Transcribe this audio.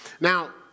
Now